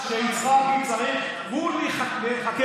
שהוא בחר?